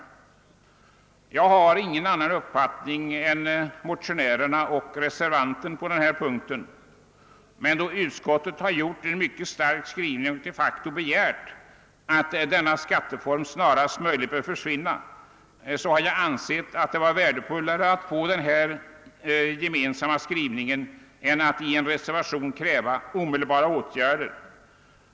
Därvidlag har jag ingen annan uppfattning än motionärerna och reservanterna, men eftersom utskottets skrivning i det fallet är mycket stark och de facto innebär att denna skatt snarast möjligt bör försvinna har jag ansett det vara mera värdefullt med en gemensam skrivning än att kräva omedelbara åtgärder i en reservation.